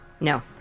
No